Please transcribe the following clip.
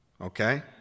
Okay